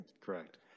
Correct